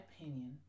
opinion